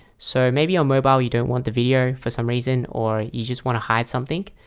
so maybe on mobile you don't want the video for some reason or you just want to hide something?